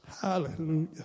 Hallelujah